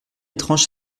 étrange